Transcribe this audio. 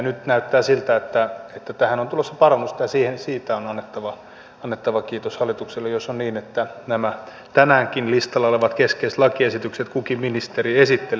nyt näyttää siltä että tähän on tulossa parannusta ja siitä on annettava kiitos hallitukselle jos on niin että nämä tänäänkin listalla olevat keskeiset lakiesitykset kukin ministeri esittelee